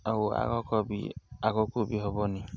ଆଉ ଆଗକୁ ବି ଆଗକୁ ବି ହବନି